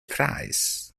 prize